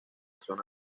zona